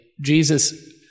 Jesus